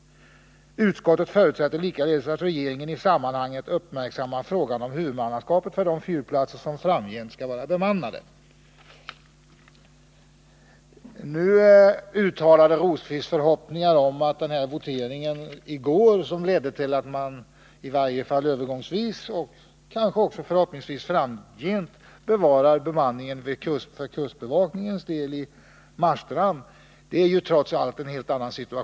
Utskottet förutsätter likaledes att regeringen i sammanhanget uppmärksammar frågan om huvudmannaskapet för de fyrplatser som framgent skall vara bemannade.” Birger Rosqvist uttalade också förhoppningar om att den votering som genomfördes i går skulle leda till att man i varje fall övergångsvis men kanske också framgent bevarar bemanningen i Marstrand för kustbevakningens del. Men det är ju trots allt en helt annan sak.